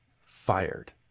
fired